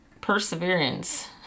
Perseverance